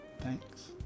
Thanks